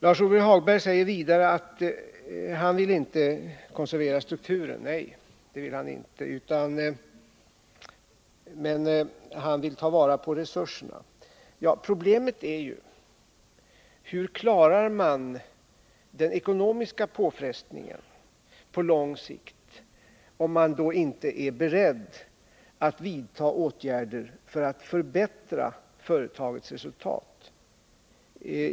Lars-Ove Hagberg säger vidare att han inte vill konservera strukturen men vill ta vara på resurserna. Problemet är: Hur klarar man den ekonomiska påfrestningen på sikt, om man inte är beredd att vidta åtgärder för att förbättra företagets resultat?